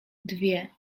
dwie